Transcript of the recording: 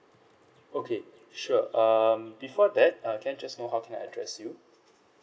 okay sure um before that uh can I just know how can I address you